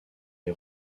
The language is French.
les